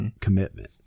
commitment